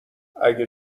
اگه